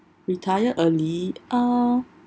retire early uh